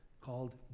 called